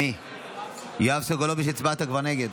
יואב סגלוביץ', כבר הצבעת נגד.